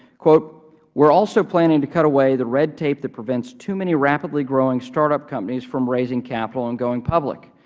we're also planning to cut away the red tape that prevents too many rapidly growing startup companies from raising capital and going public.